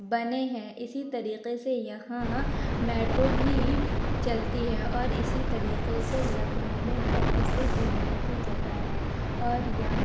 بنے ہیں اسی طریقے سے یہاں میٹرو بھی چلتی ہے اور اسی طریقے سے لکھنئو میں بہت سے گھومنے کی جگہ ہیں اور یہاں